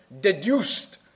deduced